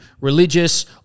religious